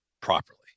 properly